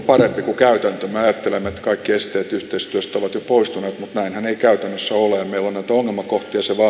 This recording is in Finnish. me ajattelemme että kaikki esteet yhteistyöstä ovat jo poistuneet mutta näinhän ei käytännössä ole